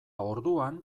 orduan